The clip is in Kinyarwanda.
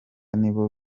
nibo